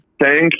Thank